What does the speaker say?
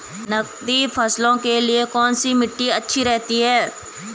नकदी फसलों के लिए कौन सी मिट्टी अच्छी रहती है?